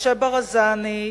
משה ברזני,